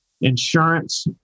insurance